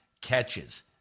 catches